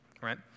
right